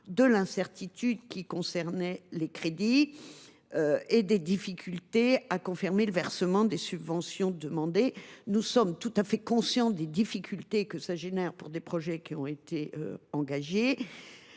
cette incertitude concernant les crédits et des difficultés qu’il avait à confirmer le versement des subventions demandées. Nous sommes tout à fait conscients des difficultés que cette situation génère pour des projets qui ont été engagés.